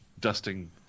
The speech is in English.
dusting